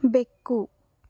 ಬೆಕ್ಕು